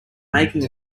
making